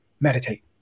meditate